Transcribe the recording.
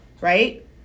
right